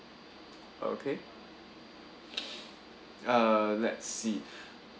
okay uh let's see